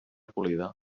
polida